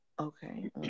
Okay